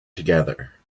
together